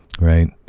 right